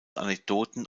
anekdoten